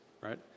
Right